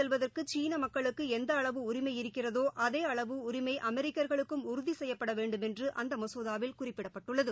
செல்வதற்குசீனமக்களுக்குஎந்தஅளவுக்குஉரிமை இருக்கிறதோ திபெத் அதேஅளவு உரிமைஅமெிக்களுக்கும் உறுதிசெய்யப்படவேண்டுமென்றுஅந்தமசோதாவில் குறிப்பிடப்பட்டுள்ளது